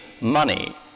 money